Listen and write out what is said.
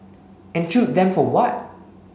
and shoot them for what